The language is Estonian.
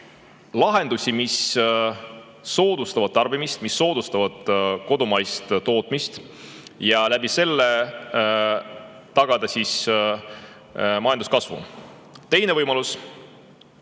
lahendusi, mis soodustavad tarbimist, mis soodustavad kodumaist tootmist, ja sel viisil tagada majanduskasv. Teine võimalus